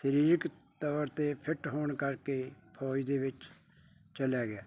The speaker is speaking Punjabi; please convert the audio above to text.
ਸਰੀਰਿਕ ਤੌਰ 'ਤੇ ਫਿੱਟ ਹੋਣ ਕਰਕੇ ਫੌਜ ਦੇ ਵਿੱਚ ਚਲਿਆ ਗਿਆ